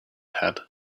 had